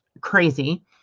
crazy